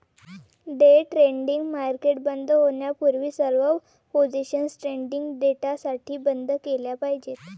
day trading market बंद होण्यापूर्वी सर्व पोझिशन्स ट्रेडिंग डेसाठी बंद केल्या पाहिजेत